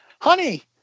honey